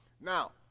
Now